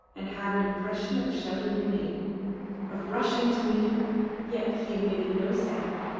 and had an impression of shouting her name of rushing to meet her yet he emitted no sound,